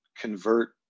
convert